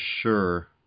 sure